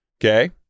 Okay